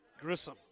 Grissom